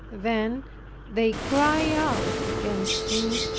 then they cry out against me,